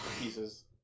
pieces